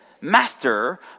Master